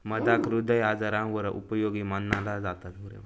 मधाक हृदय आजारांवर उपयोगी मनाला जाता